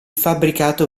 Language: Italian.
fabbricato